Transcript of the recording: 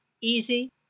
easy